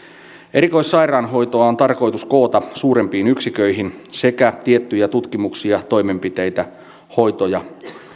erikoissairaanhoitoa on tarkoitus koota suurempiin yksiköihin sekä tiettyjä tutkimuksia toimenpiteitä hoitoja